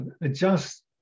adjust